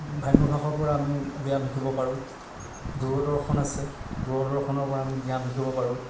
ভাম্য ভাসৰ পৰা আমি ব্যায়াম শিকিব পাৰোঁ দূৰদৰ্শন আছে দূৰদৰ্শনৰ পৰা আমি ব্যায়াম শিকিব পাৰোঁ